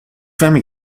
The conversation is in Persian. فهمی